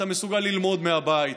אתה מסוגל ללמוד מהבית,